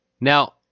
Now